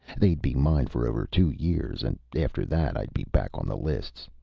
they'd be mine for over two years and after that, i'd be back on the lists.